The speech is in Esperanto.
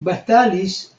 batalis